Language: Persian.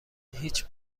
هیچ